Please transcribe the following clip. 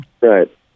Right